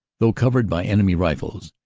though covered by enemy rifles.